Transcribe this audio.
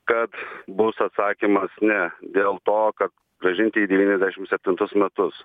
kad bus atsakymas ne dėl to kad grąžinti į devyniasdešim septintus metus